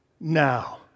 now